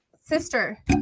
sister